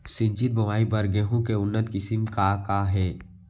सिंचित बोआई बर गेहूँ के उन्नत किसिम का का हे??